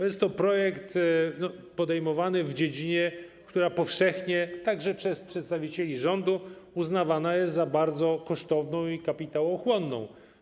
Jest to projekt podejmowany w dziedzinie, która powszechnie, także przez przedstawicieli rządu, uznawana jest za bardzo kosztowną i kapitałochłonną.